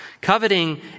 coveting